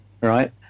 right